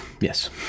yes